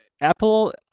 Apple